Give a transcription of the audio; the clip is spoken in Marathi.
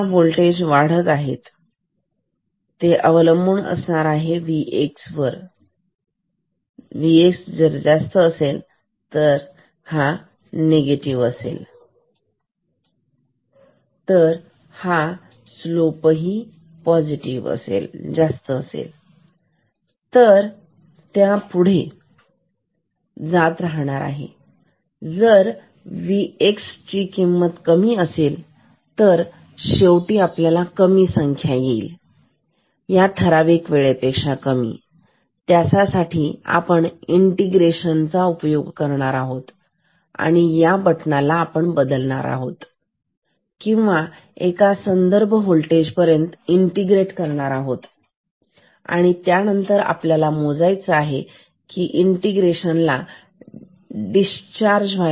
आता होल्टेज वाढत आहे ते अवलंबून असणार आहेVx वर जर जास्त असेल तर स्लोप जास्त असेल तर त्या पुढे जात राहील जर Vx कमी असेल तर शेवटी संख्या कमी येईल हे एका ठराविक वेळेसाठी ज्याच्यासाठी इंटिग्रेशन आपल्याला करायचे आहे आणि या बटनाला आपण बदलणार आहोत किंवा एका संदर्भ होल्टेज पर्यंत इंटिग्रेट करणार आहोत आणि त्यानंतर आपल्याला मोजायचं आहे की इंटिग्रेटरला डिस्चार्ज